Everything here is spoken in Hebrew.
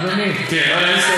כי החוקרים, אדוני, כן, אני מסיים.